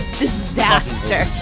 disaster